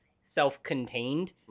self-contained